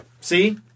See